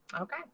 Okay